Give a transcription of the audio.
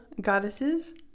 goddesses